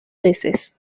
veces